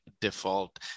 default